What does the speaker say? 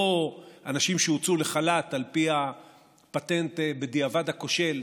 לא אנשים שהוצאו לחל"ת על פי הפטנט, בדיעבד הכושל,